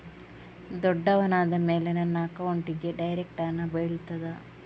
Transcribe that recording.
ದೊಡ್ಡವನಾದ ಮೇಲೆ ನನ್ನ ಅಕೌಂಟ್ಗೆ ಡೈರೆಕ್ಟ್ ಹಣ ಬೀಳ್ತದಾ?